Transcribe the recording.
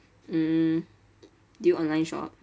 um do you online shop